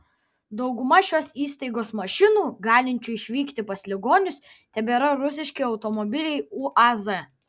dauguma šios įstaigos mašinų galinčių išvykti pas ligonius tebėra rusiški automobiliai uaz